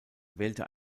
wählte